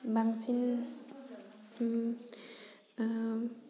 बांसिन